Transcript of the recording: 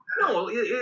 No